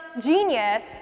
genius